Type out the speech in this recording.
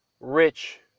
rich